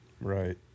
Right